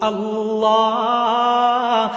Allah